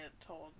told